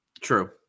True